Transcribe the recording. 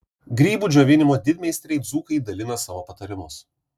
grybų džiovinimo didmeistriai dzūkai dalina savo patarimus